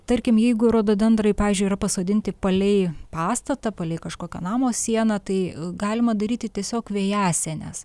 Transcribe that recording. tarkim jeigu rododendrai pavyzdžiui yra pasodinti palei pastatą palei kažkokio namo sieną tai galima daryti tiesiog vejasienes